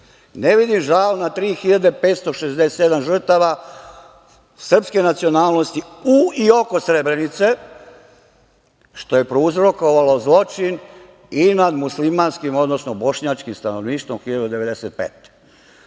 Ne vidim žal nad 3567 žrtava srpske nacionalnosti u i oko Srebrenice, što je prouzrokovalo zločin i nad muslimanskim, odnosno bošnjačkim stanovništvom 1995.